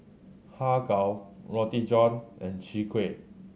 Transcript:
Har Kow Roti John and Chwee Kueh